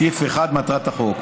סעיף 1 (מטרת החוק).